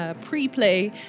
pre-play